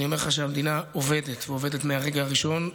אני אומר לך שהמדינה עובדת, ועובדת מהרגע הראשון,